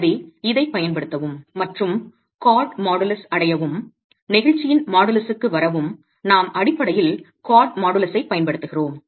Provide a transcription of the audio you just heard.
எனவே இதைப் பயன்படுத்தவும் மற்றும் கார்ட் மாடுலஸை அடையவும் நெகிழ்ச்சியின் மாடுலஸுக்கு வரவும் நாம் அடிப்படையில் கார்ட் மாடுலஸைப் பயன்படுத்துகிறோம்